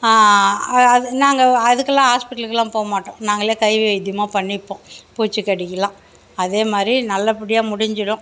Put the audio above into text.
அது நாங்கள் அதுக்கெலாம் ஹாஸ்பெட்டலுக்கெலாம் போகமாட்டோம் நாங்களே கை வைத்தியமாக பண்ணிப்போம் பூச்சி கடிக்கெலாம் அதே மாதிரி நல்ல படியாக முடிஞ்சுடும்